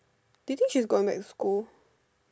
do you think she is going back to school